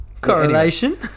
Correlation